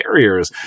barriers